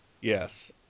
Yes